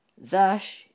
Thus